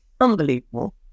Unbelievable